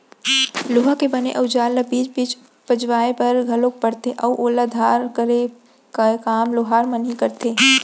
लोहा के बने अउजार ल बीच बीच पजवाय बर घलोक परथे अउ ओला धार करे के काम लोहार मन ही करथे